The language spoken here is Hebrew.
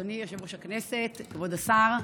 אדוני יושב-ראש הכנסת, כבוד השר,